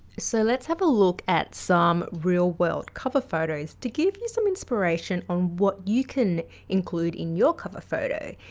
so let's have a look at some real world cover photos to give you some inspiration on what you can include in your cover photo.